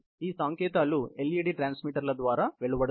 ఈ సంకేతాలు ఎల్ఈడి ట్రాన్స్మిటర్ల ద్వారా వెలువడతాయి